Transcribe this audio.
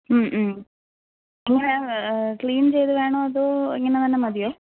എങ്ങനെയാണ് ക്ലീൻ ചെയ്ത് വേണോ അതോ ഇങ്ങനെ തന്നെ മതിയോ